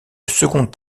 second